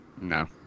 No